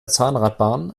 zahnradbahn